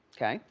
okay.